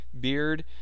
Beard